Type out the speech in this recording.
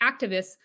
activists